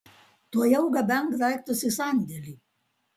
tuojau gabenk daiktus į sandėlį